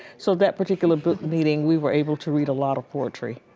so that particular book meeting, we were able to read a lot of poetry.